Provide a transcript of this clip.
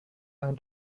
ein